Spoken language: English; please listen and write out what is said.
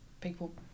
people